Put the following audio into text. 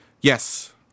Yes